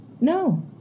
No